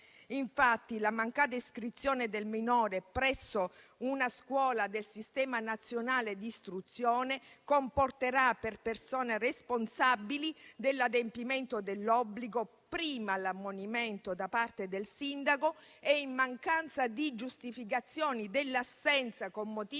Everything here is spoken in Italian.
abbandonati. La mancata iscrizione del minore presso una scuola del sistema nazionale d'istruzione comporterà per persone responsabili dell'adempimento dell'obbligo prima l'ammonimento da parte del sindaco e, in mancanza di giustificazione dell'assenza con motivi